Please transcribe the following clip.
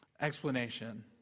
explanation